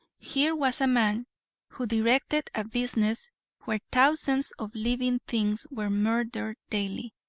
here was a man who directed a business where thousands of living things were murdered daily,